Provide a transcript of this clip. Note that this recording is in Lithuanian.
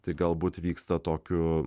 tai galbūt vyksta tokiu